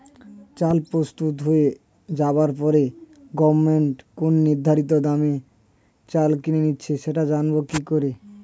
চাল প্রস্তুত হয়ে যাবার পরে গভমেন্ট কোন নির্ধারিত দামে চাল কিনে নিচ্ছে সেটা জানবো কি করে?